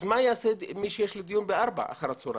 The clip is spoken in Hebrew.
אז מה יעשה מי שיש לו דיון בארבע אחר הצהריים?